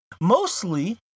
Mostly